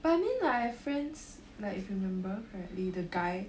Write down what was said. but I mean like I've friends like if you remember correctly the guy